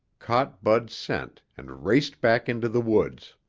caught bud's scent and raced back into the woods.